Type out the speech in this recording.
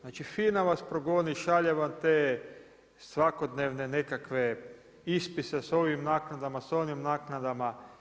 Znači FINA vas progoni, šalje vam te svakodnevne nekakve ispise sa ovim naknadama, sa onim naknadama.